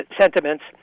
sentiments